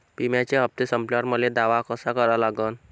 बिम्याचे हप्ते संपल्यावर मले दावा कसा करा लागन?